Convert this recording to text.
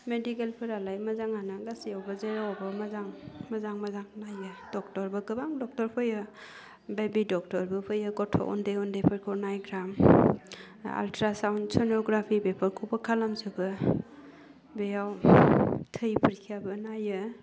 मेडिकेलफोरालाय मोजाङानो गासैयावबो जेरावबो मोजां मोजां मोजां नाइयो डक्टरबो गोबां डक्टर फैयो बेबि डक्टरबो फैयो गथ' उन्दै उन्दैफोरखौ नायग्रा आलथ्रा सावन शन'ग्राफि बेफोरखौबो खालाम जोबो बेयाव थै फरेखाबो नायो